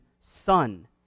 Son